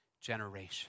generation